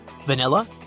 vanilla